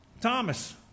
Thomas